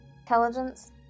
Intelligence